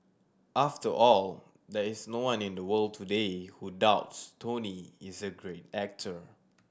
after all there is no one in the world today who doubts Tony is a great actor